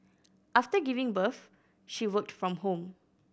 after giving birth she worked from home